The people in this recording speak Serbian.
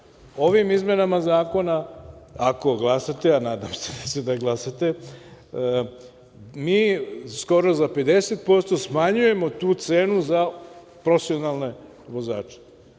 Ovim izmenama zakona, ako glasate, a nadam se da ćete da glasate, mi skoro za 50% smanjujemo tu cenu za profesionalne vozače.